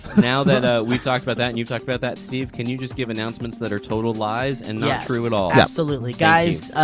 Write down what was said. now that ah we've talked about that and you've talked about that, steve, can you just give announcements that are total lies and not true at all. yes, absolutely. guys.